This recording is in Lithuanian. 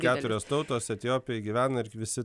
keturios tautos etiopijoj gyvena ir visi